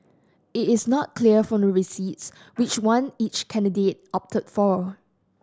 it is not clear from the receipts which one each candidate opted for